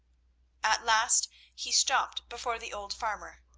at last he stopped before the old farmer.